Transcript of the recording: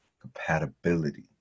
compatibility